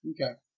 Okay